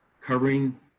covering